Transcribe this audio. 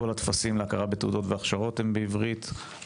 כל הטפסים להכרה בתעודות והכשרות הם בעברית,